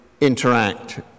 interact